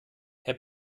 herr